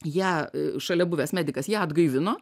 ją šalia buvęs medikas ją atgaivino